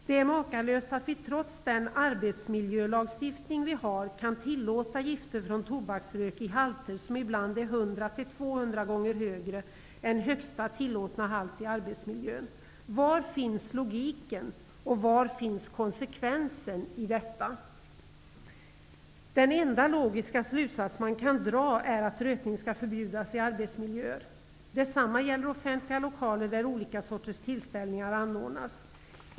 Det är makalöst att vi, trots den arbetsmiljölagstiftning vi har, kan tillåta gifter från tobaksrök i halter som ibland är 100--200 gånger högre än högsta tillåtna halt i arbetsmiljön. Var finns logiken, och var finns konsekvensen? Den enda logiska slutsats man kan dra är att rökning skall förbjudas i arbetsmiljöer. Detsamma gäller offentliga lokaler där olika sorters tillställningar anordnas.